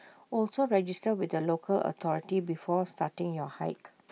also register with the local authority before starting your hike